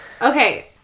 Okay